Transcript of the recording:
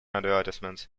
advertisements